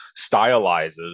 stylizes